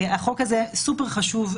החוק הזה סופר חשוב.